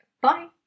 Bye